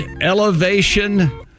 elevation